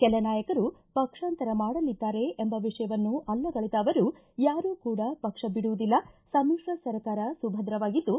ಕೆಲ ನಾಯಕರು ಪಕ್ಷ್ಮಾಂತರ ಮಾಡಲಿದ್ದಾರೆ ಎಂಬ ವಿಷಯವನ್ನು ಅಲ್ಲಗಳೆದ ಅವರು ಯಾರೂ ಕೂಡ ಪಕ್ಷ ಬಿಡುವುದಿಲ್ಲ ಸಮಿತ್ರ ಸರ್ಕಾರ ಸುಭದ್ರವಾಗಿದ್ದು